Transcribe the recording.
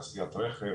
תעשיית רכב,